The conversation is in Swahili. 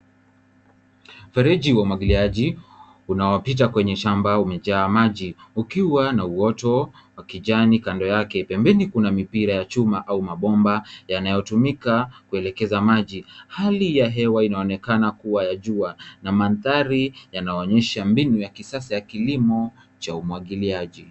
Mfereji wa umwagiliaji, unaopita kwenye shamba umejaa maji ukiwa na uoto wa kijani kando yake. Pembeni kuna mipira ya chuma au mabomba yanayotumika kuelekeza maji. Hali ya hewa inaonekana kuwa jua na mandhari yanaonyesha mbinu ya kisasa ya kilimo cha umwagiliaji.